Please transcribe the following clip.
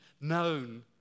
known